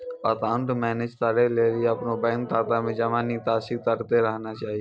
account manage करै लेली अपनो बैंक खाता मे जमा निकासी करतें रहना चाहि